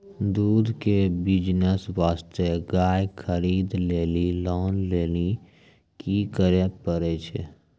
दूध के बिज़नेस वास्ते गाय खरीदे लेली लोन लेली की करे पड़ै छै?